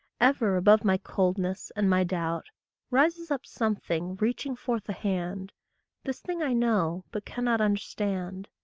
ever above my coldness and my doubt rises up something, reaching forth a hand this thing i know, but cannot understand.